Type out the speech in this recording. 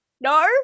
No